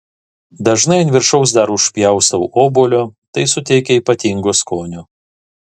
dažnai ant viršaus dar užpjaustau obuolio tai suteikia ypatingo skonio